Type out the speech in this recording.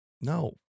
No